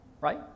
right